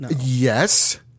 Yes